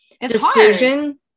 decision